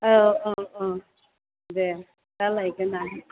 औ औ औ दे दा लायगोन आं